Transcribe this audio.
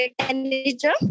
manager